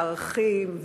ערכים,